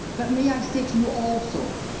but may i say to you also,